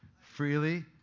freely